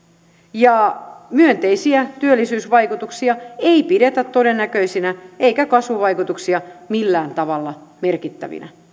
ja myönteisiä työllisyysvaikutuksia ei pidetä todennäköisinä eikä kasvuvaikutuksia millään tavalla merkittävinä